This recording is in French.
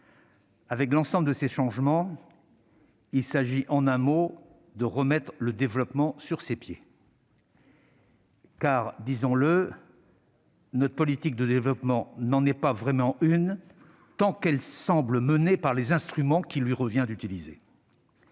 qu'avec l'ensemble de ces changements il s'agit, en un mot, de remettre le développement sur ses pieds, car- disons-le -notre politique de développement n'en est pas vraiment une tant qu'elle semble menée par les instruments qu'il lui revient d'utiliser.